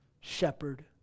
shepherd